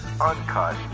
uncut